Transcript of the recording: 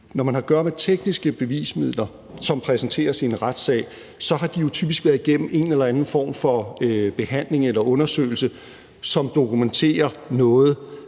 når man har at gøre med tekniske bevismidler, som præsenteres i en retssag, har de jo typisk været igennem en eller anden form for behandling eller undersøgelse, som dokumenterer noget,